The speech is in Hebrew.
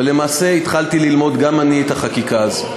ולמעשה התחלתי ללמוד גם אני את החקיקה הזאת.